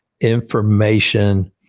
information